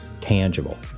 tangible